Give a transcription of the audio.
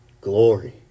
Glory